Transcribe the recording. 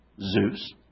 Zeus